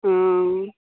हँ